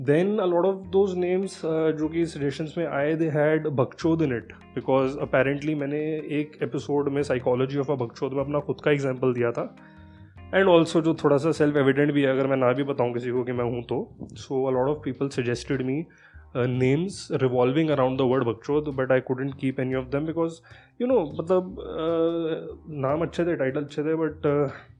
Then a lot of those names, uh, जो कि suggestions में आए, they had Bhakchod in it. Because apparently, मैंने एक episode में psychology of a Bhakchod में अपना खुद का example दिया था। And also, जो थोड़ा सा self-evident भी है, अगर मैं ना भी बताऊं किसी को कि मैं हूं तो। So, a lot of people suggested me, uh, names revolving around the word Bhakchod, but I couldn't keep any of them because, you know, मतलब, uh, नाम अच्छे थे, title अच्छे थे, but, uh,